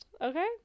okay